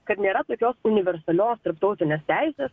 kad nėra tokios universalios tarptautinės teisės